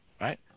Right